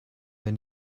wenn